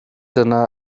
dyna